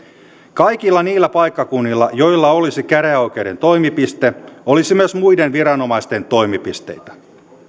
kaikilla niillä paikkakunnilla joilla olisi käräjäoikeuden toimipiste olisi myös muiden viranomaisten toimipisteitä